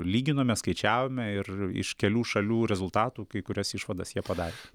lyginome skaičiavome ir iš kelių šalių rezultatų kai kurias išvadas jie padarė